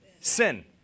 Sin